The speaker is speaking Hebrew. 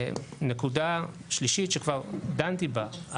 נקודה שלישית שכבר דנתי בה,